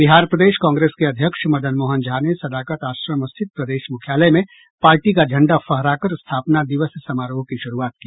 बिहार प्रदेश कांग्रेस के अध्यक्ष मदन मोहन झा ने सदाकत आश्रम रिथत प्रदेश मुख्यालय में पार्टी का झंडा फहराकर स्थापना दिवस समारोह की शुरूआत की